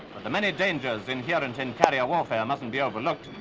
but the many dangers inherent in carrier warfare mustn't be overlooked.